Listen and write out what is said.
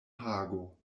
hago